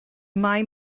mae